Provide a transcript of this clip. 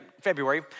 February